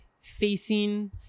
facing